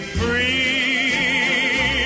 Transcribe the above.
free